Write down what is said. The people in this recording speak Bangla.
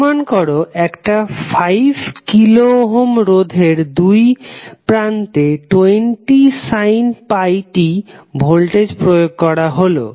অনুমান করো একটা 5 কিলো ওহম রোধের দুই প্রান্তে 20sin πt ভোল্টেজ প্রয়োগ করা হলো